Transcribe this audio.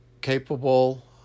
capable